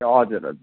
हजुर हजुर